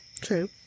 True